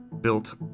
built